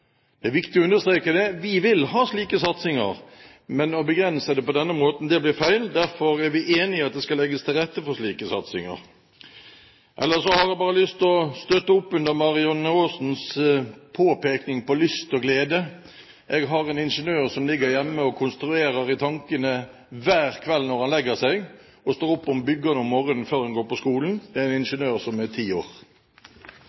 Det er viktig å understreke det. Vi vil ha slike satsinger, men å begrense det på denne måten blir feil. Derfor er vi enig i at det skal legges til rette for slike satsinger. Ellers har jeg bare lyst til å støtte opp under Marianne Aasens påpekning på lyst og glede. Jeg har en ingeniør som ligger hjemme. Hver kveld når han legger seg, konstruerer han i tankene, og han står opp og bygger det før han går på skolen om morgenen – en